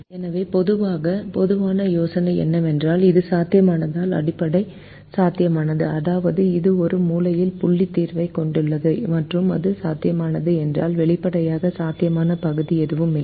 எனவே பொதுவான யோசனை என்னவென்றால் அது சாத்தியமானால் அது அடிப்படை சாத்தியமானது அதாவது இது ஒரு மூலையில் புள்ளி தீர்வைக் கொண்டுள்ளது மற்றும் அது சாத்தியமற்றது என்றால் வெளிப்படையாக சாத்தியமான பகுதி எதுவும் இல்லை